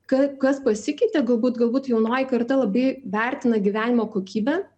ką kas pasikeitė galbūt galbūt jaunoji karta labai vertina gyvenimo kokybę